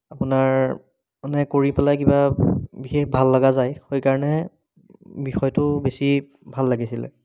আপোনাৰ মানে কৰি পেলাই কিবা বিশেষ ভাল লগা যায় সেইকাৰণে বিষয়টো বেছি ভাল লাগিছিলে